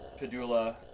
Padula